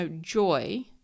joy